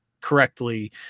correctly